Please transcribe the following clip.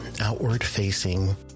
outward-facing